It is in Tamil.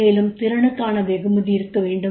மேலும் திறனுக்கான வெகுமதி இருக்க வேண்டும்